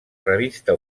revista